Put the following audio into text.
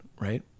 right